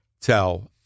tell